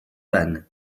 vanne